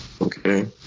Okay